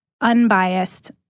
unbiased